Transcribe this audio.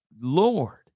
Lord